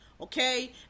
okay